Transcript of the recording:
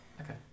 Okay